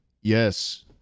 Yes